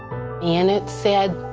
and it said,